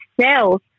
cells